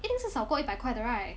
一定是少过一百块的 right